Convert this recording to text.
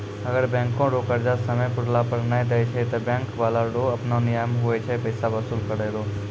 अगर बैंको रो कर्जा समय पुराला पर नै देय छै ते बैंक बाला रो आपनो नियम हुवै छै पैसा बसूल करै रो